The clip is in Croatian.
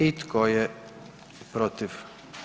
I tko je protiv?